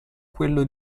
quello